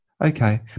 Okay